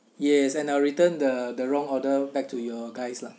yes and I'll return the the wrong order back to your guys lah